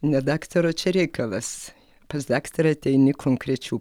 ne daktaro čia reikalas pas daktarą ateini konkrečių